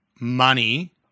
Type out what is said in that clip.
money